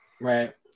Right